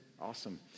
Awesome